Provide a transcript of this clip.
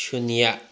ꯁꯨꯟꯌꯥ